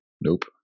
Nope